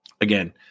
again –